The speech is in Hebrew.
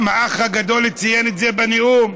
וגם האח הגדול ציין את זה בנאום.